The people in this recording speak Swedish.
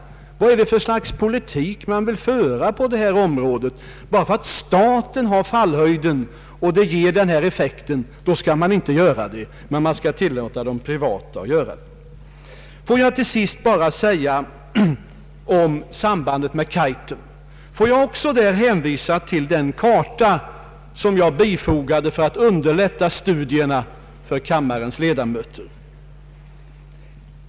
Vad är det för slags politik man vill föra på detta område? Bara för att staten här äger fallhöjden och kan åstadkomma detta krafttillskott skall man inte ge nomföra projektet, men man skall tilllåta de privata företagen att genomföra sina. Får jag till sist bara säga några ord om sambandet med Kaitum — jag hänvisar då till den karta som jag bifogat propositionen för att underlätta studierna för kammarens ledamöter.